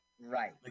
Right